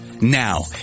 Now